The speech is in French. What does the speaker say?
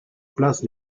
place